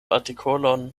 artikolon